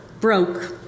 broke